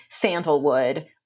sandalwood